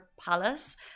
palace